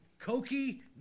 Cokie